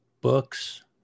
books